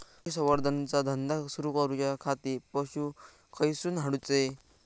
पशुसंवर्धन चा धंदा सुरू करूच्या खाती पशू खईसून हाडूचे?